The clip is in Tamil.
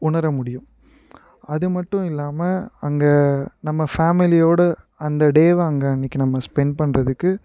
உணர முடியும் அது மட்டும் இல்லாமல் அங்கே நம்ம ஃபேமிலியோடு அந்த டேவை அங்கே அன்னக்கு நம்ம ஸ்பெண்ட் பண்ணுறதுக்கு